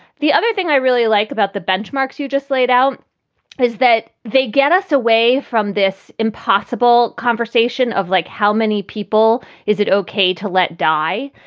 the other thing i really like about the benchmarks you just laid out is that they get us away from this impossible conversation of like how many people is it ok to let die?